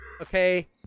okay